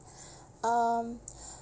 um